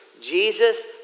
Jesus